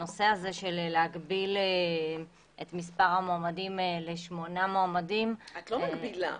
הנושא הזה של הגבלת מספר המועמדים לשמונה מועמדים --- את לא מגבילה.